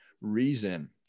reason